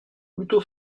plutôt